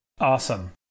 Awesome